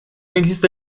există